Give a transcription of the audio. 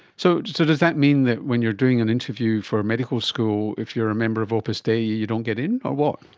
so so does that mean that when you are doing an interview for a medical school, if you are a member of opus dei you don't get in or what?